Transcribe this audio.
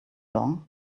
door